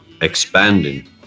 expanding